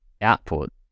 output